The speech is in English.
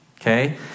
Okay